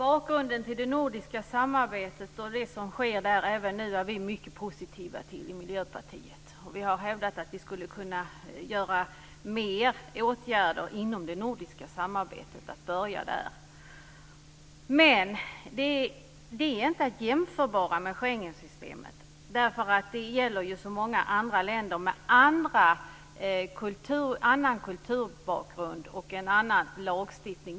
Fru talman! Vi i Miljöpartiet är mycket positiva till det nordiska samarbetet och det som sker där. Vi har hävdat att man skulle kunna börja med att göra mera inom det nordiska samarbetet. Men det nordiska samarbetet är inte jämförbart med Schengensystemet. Det gäller ju så många andra länder med annan kulturbakgrund och med en annan lagstiftning.